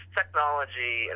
technology